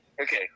Okay